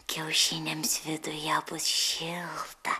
kiaušiniams viduje bus šilta